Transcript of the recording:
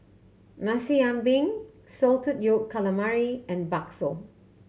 Nasi Ambeng salted yolk calamari and bakso